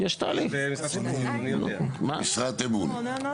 משרת אמון.